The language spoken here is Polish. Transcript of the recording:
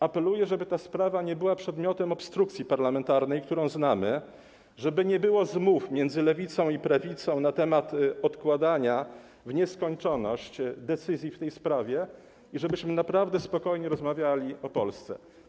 Apeluję, żeby ta sprawa nie była przedmiotem obstrukcji parlamentarnej, którą znamy, żeby nie było zmów między lewicą i prawicą na temat odkładania w nieskończoność decyzji w tej sprawie i żebyśmy naprawdę spokojnie rozmawiali o Polsce.